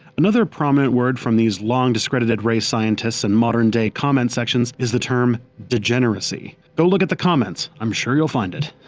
another prominent word from these long-discredited race scientists and modern day comment sections is the term degeneracy. go look at the comments, i'm sure you'll find it.